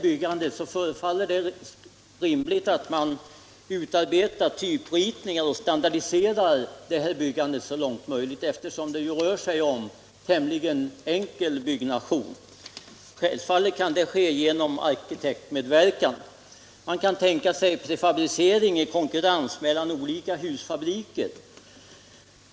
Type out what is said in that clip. Det förefaller lämpligt att utarbeta typritningar och standardisera det här byggandet så långt som möjligt, eftersom det ju rör sig om tämligen enkla byggnader. Självfallet kan det ske under arkitektmedverkan. Man kan tänka sig prefabricering i konkurrens mellan olika husfabriker.